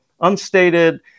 unstated